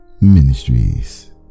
Ministries